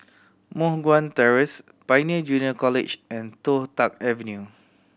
Moh Guan Terrace Pioneer Junior College and Toh Tuck Avenue